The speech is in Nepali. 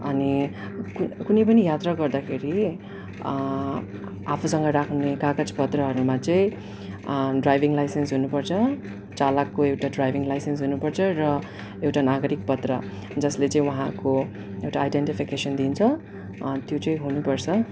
अनि कु कुनै पनि यात्रा गर्दाखेरि आफूसँग राख्ने कागजपत्रहरूमा चाहिँ ड्राइभिङ लाइसेन्स हुनुपर्छ चालकको एउटा ड्राइभिङ लाइसेन्स हुनुपर्छ र एउटा नागरिक पत्र जसले चाहिँ उहाँको एउटा आइडेन्टिफिकेसन दिन्छ त्यो चाहिँ हुनुपर्छ